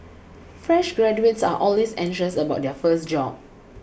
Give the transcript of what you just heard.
fresh graduates are always anxious about their first job